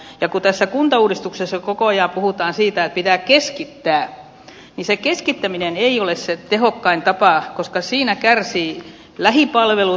kun tässä kuntauudistuksessa koko ajan puhutaan siitä että pitää keskittää niin se keskittäminen ei ole se tehokkain tapa koska siinä kärsivät lähipalvelut